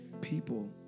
People